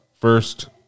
first